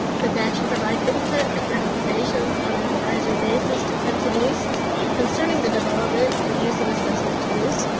the daschle provide input of recommendations on an advisor basis to principles concerning the development in use of assessment tools.